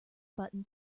button